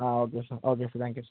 ah okay sir okay sir thank you sir